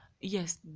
yes